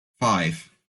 five